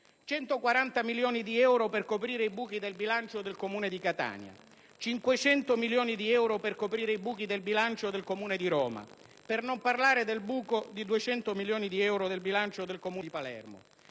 140 milioni di euro per coprire i buchi del bilancio del Comune di Catania; 500 milioni di euro per coprire i buchi del bilancio del Comune di Roma; per non parlare del buco di 200 milioni di euro del bilancio del Comune di Palermo.